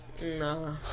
No